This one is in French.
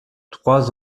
trois